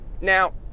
now